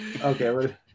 okay